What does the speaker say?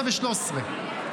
12 ו-13,